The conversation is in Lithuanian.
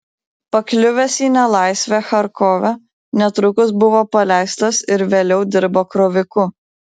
pakliuvęs į nelaisvę charkove netrukus buvo paleistas ir vėliau dirbo kroviku